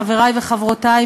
חברי וחברותי,